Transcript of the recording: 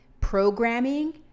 programming